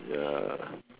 ya